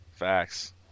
facts